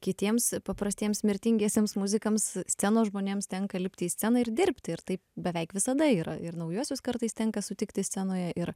kitiems paprastiems mirtingiesiems muzikams scenos žmonėms tenka lipti į sceną ir dirbti ir taip beveik visada yra ir naujuosius kartais tenka sutikti scenoje ir